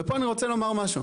ופה אני רוצה לומר משהו.